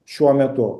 šiuo metu